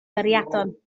gariadon